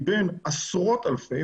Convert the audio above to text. מבין עשרות אלפי,